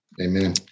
Amen